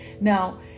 Now